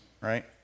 right